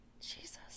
Jesus